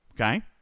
okay